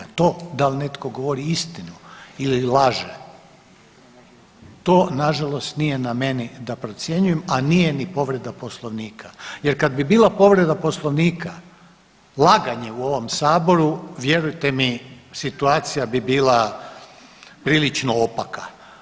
To dal netko govori istinu ili laže, to nažalost nije na meni da procjenjujem a nije ni povreda Poslovnika jer kad bi bila povreda Poslovnika laganje u ovom Saboru, vjerujte mi, situacija bi bila prilično opaka.